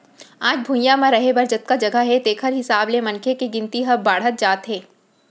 आज भुइंया म रहें बर जतका जघा हे तेखर हिसाब ले मनखे के गिनती ह बाड़हत जात हे